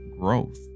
growth